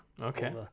Okay